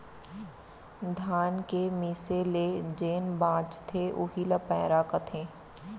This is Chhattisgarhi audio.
धान के मीसे ले जेन बॉंचथे उही ल पैरा कथें